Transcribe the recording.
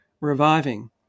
reviving